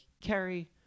Carrie